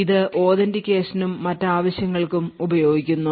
ഇത് authentication നും മറ്റ് ആവശ്യങ്ങൾക്കും ഉപയോഗിക്കുന്നു